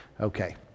Okay